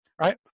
right